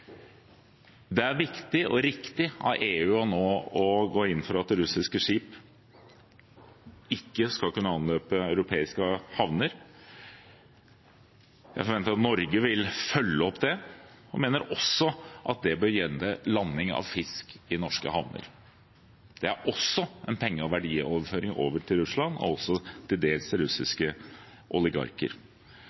Det er viktig og riktig av EU nå å gå inn for at russiske skip ikke skal kunne anløpe europeiske havner. Jeg forventer at Norge vil følge opp det, og mener også at det bør gjelde landing av fisk i norske havner. Det er også en penge- og verdioverføring til Russland og til dels russiske oligarker.